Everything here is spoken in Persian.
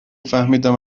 فهمیدم